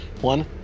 One